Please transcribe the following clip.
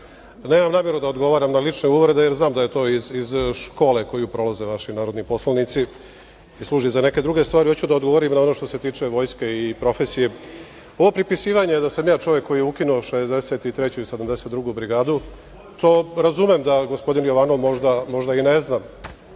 ipak. Nemam nameru da odgovaram na lične uvrede, jer znam da je to iz škole koju prolaze vaši narodni poslanici i služi za neke druge stvari. Hoću da odgovorim na ono što se tiče vojske i profesije. Ovo pripisivanje da sam ja čovek koji je ukinuo 63. i 72. brigadu, to razumem da gospodin Jovanov možda i ne zna,